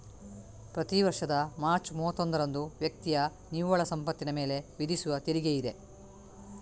ಪ್ರತಿ ವರ್ಷದ ಮಾರ್ಚ್ ಮೂವತ್ತೊಂದರಂದು ವ್ಯಕ್ತಿಯ ನಿವ್ವಳ ಸಂಪತ್ತಿನ ಮೇಲೆ ವಿಧಿಸುವ ತೆರಿಗೆಯಿದೆ